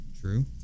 True